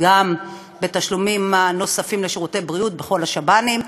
גם בתשלומים הנוספים לשירותי בריאות בכל השב"נים.